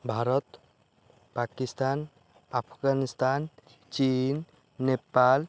ଭାରତ ପାକିସ୍ତାନ ଆଫଗାନିସ୍ତାନ ଚୀନ ନେପାଳ